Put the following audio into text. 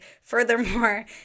Furthermore